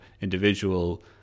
individual